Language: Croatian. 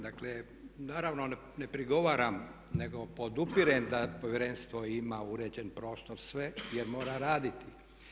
Dakle, naravno ne prigovaram nego podupirem da povjerenstvo ima uređen prostor jer mora raditi.